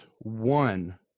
one